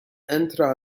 entra